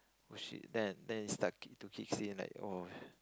oh shit then then it start kick to kicks in like oh